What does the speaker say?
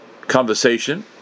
conversation